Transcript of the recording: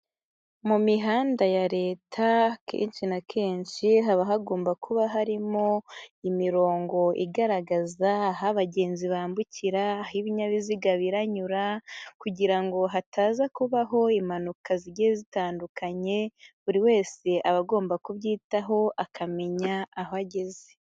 Mu mihanda ya leta kenshi na kenshi haba hagomba kuba harimo imirongo igaragaza aho abagenzi bambukira, aho ibinyabiziga biranyura kugira ngo hataza kubaho impanuka zigiye zitandukanye, buri wese aba agomba kubyitaho akamenya aho ageze.